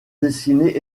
dessinées